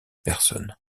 personne